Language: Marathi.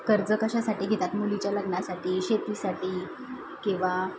कर्ज कशासाठी घेतात मुलीच्या लग्नासाठी शेतीसाठी किंवा